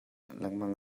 lengmang